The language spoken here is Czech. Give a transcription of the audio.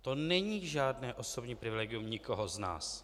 To není žádné osobní privilegium nikoho z nás.